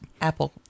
apple